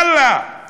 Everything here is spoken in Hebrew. יאללה,